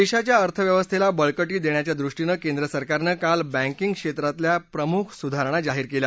देशाच्या अर्थव्यवस्थेला बळकटी देण्याच्या दृष्टीनं केंद्र सरकारनं काल बॅंकिंग क्षेत्रातल्या प्रमुख सुधारणा जाहीर केल्या